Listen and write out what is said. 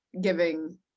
giving